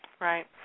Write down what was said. Right